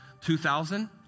2000